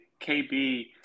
KB